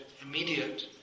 immediate